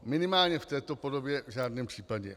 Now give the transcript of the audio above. Minimálně v této podobě v žádném případě.